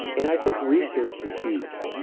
and i think research is huge.